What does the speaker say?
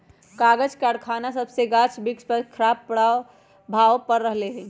कागज करखना सभसे गाछ वृक्ष पर खराप प्रभाव पड़ रहल हइ